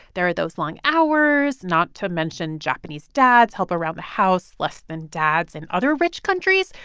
there are those long hours not to mention, japanese dads help around the house less than dads in other rich countries.